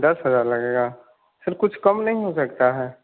दस हज़ार लगेगा सर कुछ कम नहीं हो सकता है